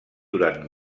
durant